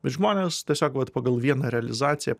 ir žmonės tiesiog vat pagal vieną realizaciją